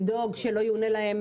כחול לבן,